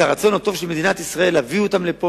את הרצון הטוב של מדינת ישראל להביא אותם לפה,